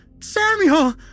Samuel